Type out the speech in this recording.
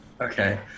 Okay